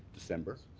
december,